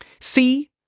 C-